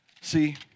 see